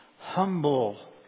humble